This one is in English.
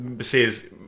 says